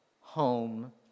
home